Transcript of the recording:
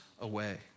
away